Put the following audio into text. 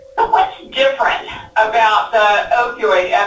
what's different about the opioid